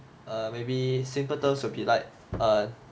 err maybe simple terms will be like err